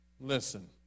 Listen